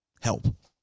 help